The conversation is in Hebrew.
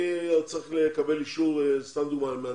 הוא צריך לקבל אישור מהנדס,